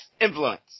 influence